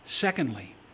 Secondly